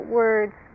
words